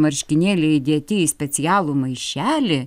marškinėliai įdėti į specialų maišelį